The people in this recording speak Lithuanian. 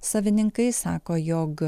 savininkai sako jog